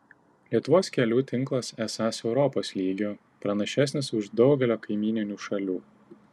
lietuvos kelių tinklas esąs europos lygio pranašesnis už daugelio kaimyninių šalių